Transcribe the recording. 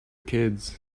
kids